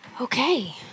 Okay